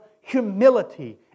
humility